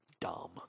dumb